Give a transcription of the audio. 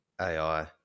AI